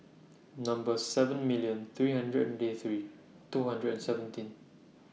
Number seven million three hundred and ninety three two hundred and seventeen